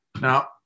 Now